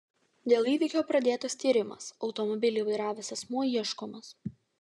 dėl įvykio pradėtas tyrimas automobilį vairavęs asmuo ieškomas